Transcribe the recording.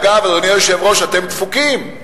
אגב, אדוני היושב-ראש, אתם דפוקים.